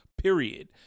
Period